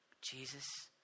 Jesus